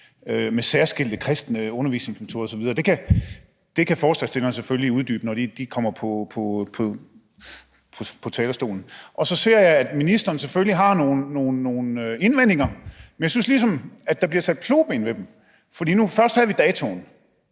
med særskilte kristne undervisningsmetoder osv. Det kan forslagsstillerne selvfølgelig uddybe, når de kommer på talerstolen. Så ser jeg, at ministeren selvfølgelig har nogle indvendinger, men jeg synes, at der ligesom bliver sat flueben ved dem. For først havde vi det